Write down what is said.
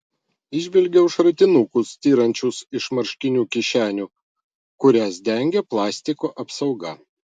įžvelgiau šratinukus styrančius iš marškinių kišenių kurias dengė plastiko apsauga